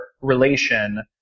relation